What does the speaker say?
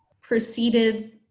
proceeded